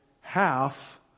half